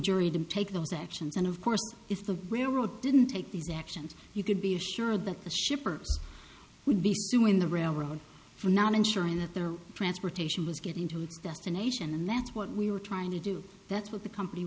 jury to take those actions and of course if the railroad didn't take these actions you could be assured that the shipper would be suing the railroad for not ensuring that their transportation was getting to its destination and that's what we were trying to do that's what the company